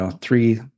three